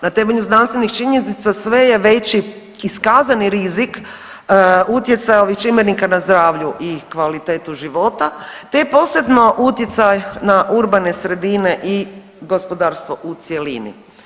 Na temelju znanstvenih činjenica sve je veći iskazani rizik utjecaja ovih čimbenika na zdravlju i kvalitetu života te je posebno utjecaj na urbane sredine i gospodarstvo u cjelini.